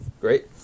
Great